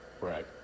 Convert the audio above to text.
right